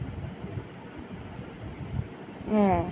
হ্যাঁ